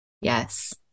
yes